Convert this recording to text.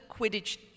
Quidditch